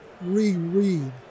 reread